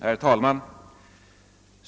Herr talman!